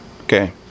Okay